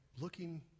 looking